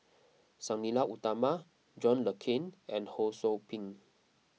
Sang Nila Utama John Le Cain and Ho Sou Ping